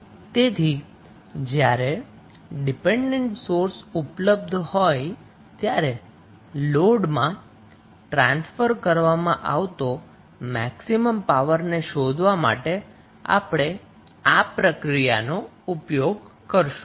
તેથી જ્યારે dependent source ઉપલબ્ધ હોય ત્યારે લોડમાં ટ્રાન્સફર કરવામાં આવતી મેક્સિમમ પાવર ને શોધવા માટે આપણે આ પ્રક્રિયાનો ઉપયોગ કરીશું